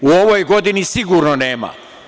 U ovoj godini sigurno nema.